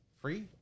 free